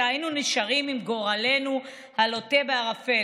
היינו נשארים עם גורלנו הלוט בערפל,